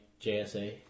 JSA